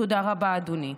תודה רבה, אדוני.